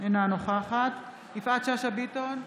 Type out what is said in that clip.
אינה נוכחת יפעת שאשא ביטון,